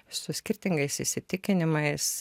su skirtingais įsitikinimais